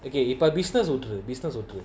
okay if my business okay business okay